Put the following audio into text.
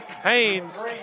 Haynes